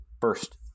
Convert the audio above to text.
first